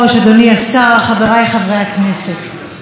אתמול פגשתי את אורטל.